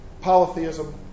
polytheism